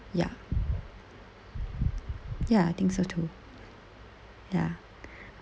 ya ya I think so too ya